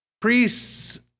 priests